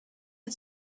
had